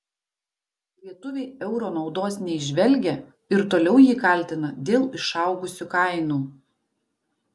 lietuviai euro naudos neįžvelgia ir toliau jį kaltina dėl išaugusių kainų